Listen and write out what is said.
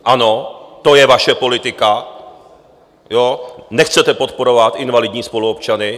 Ano, to je vaše politika, nechcete podporovat invalidní spoluobčany.